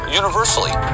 universally